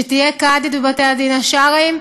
שתהיה קאדית בבתי-הדין השרעיים,